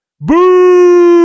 boo